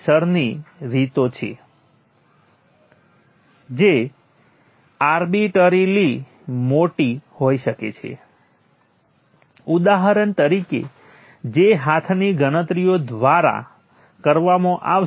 સમગ્ર I1 માં આપણે માત્ર એ નોંધવું પડશે કે I1 નોડ 1 અને 0 વચ્ચે જોડાયેલ છે